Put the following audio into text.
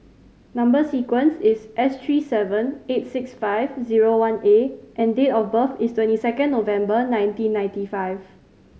number sequence is S three seven eight six five zero one A and date of birth is twenty second November nineteen ninety five